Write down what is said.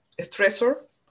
stressor